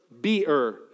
beer